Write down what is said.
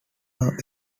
are